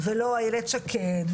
ולא איילת שקד,